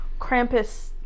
Krampus